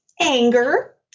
anger